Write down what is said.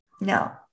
no